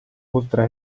oltre